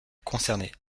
concernées